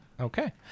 Okay